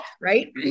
right